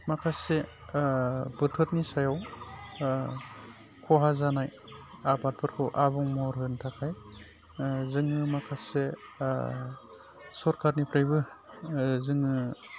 माखासे बोथोरनि सायाव खहा जानाय आबादफोरखौ आबुं महर होनो थाखाय जोङो माखासे सरखारनिफ्रायबो जोङो